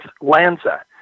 Lanza